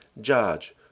judge